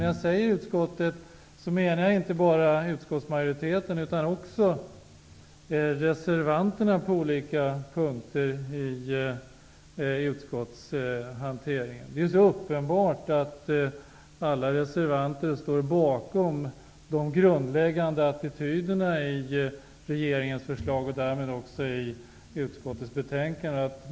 När jag talar om utskottet menar jag inte bara utskottsmajoriteten, utan också reservanterna på olika punkter i utskottshanteringen. Det är uppenbart att alla reservanter står bakom de grundläggande attityderna i regeringens förslag och därmed också i utskottets betänkande.